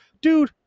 dude